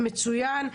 מצוין.